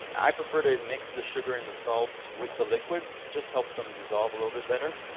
i prefer to mix the sugar and the salt with the liquids. just helps them dissolve a little bit better.